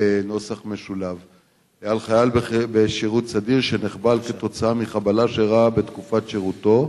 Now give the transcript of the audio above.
על חייל בשירות סדיר שנחבל כתוצאה מחבלה שאירעה בתקופת שירותו,